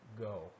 go